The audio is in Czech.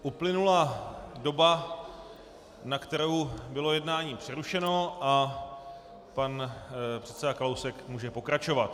Uplynula doba, na kterou bylo jednání přerušeno, a pan předseda Kalousek může pokračovat.